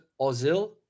Ozil